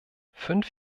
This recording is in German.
fünf